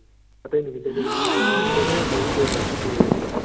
ꯑꯇꯩ ꯅꯨꯃꯤꯠꯇꯗꯤ ꯑꯗꯨꯝ ꯍꯥꯡꯅꯤ ꯑꯗꯣ ꯖꯦꯅꯔꯦꯜ ꯍꯣꯂꯤꯗꯦꯒ ꯁꯨꯇꯤ ꯑꯣꯏꯒꯅꯤ